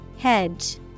Hedge